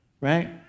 right